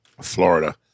Florida